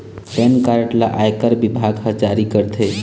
PAN card ल आयकर बिभाग ह जारी करथे